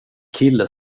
kille